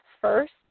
first